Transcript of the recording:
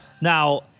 Now